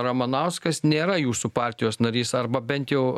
ramanauskas nėra jūsų partijos narys arba bent jau